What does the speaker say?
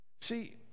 See